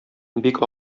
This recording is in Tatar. бик